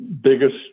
biggest